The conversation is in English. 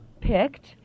picked